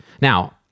Now